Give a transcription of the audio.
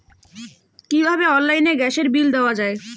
কিভাবে অনলাইনে গ্যাসের বিল দেওয়া যায়?